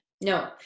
No